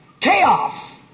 chaos